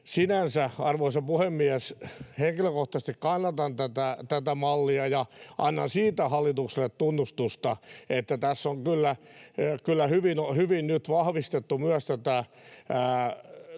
Sinänsä, arvoisa puhemies, henkilökohtaisesti kannatan tätä mallia ja annan hallitukselle tunnustusta siitä, että tässä on kyllä hyvin nyt vahvistettu myös näitä